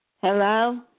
Hello